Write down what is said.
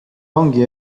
ongi